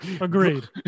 Agreed